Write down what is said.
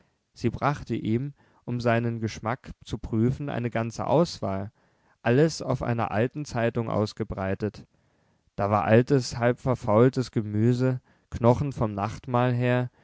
sie brachte ihm um seinen geschmack zu prüfen eine ganze auswahl alles auf einer alten zeitung ausgebreitet da war altes halbverfaultes gemüse knochen vom nachtmahl her